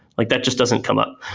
like that just doesn't come up.